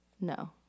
no